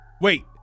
Wait